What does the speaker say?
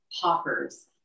Popper's